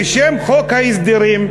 בשם חוק ההסדרים.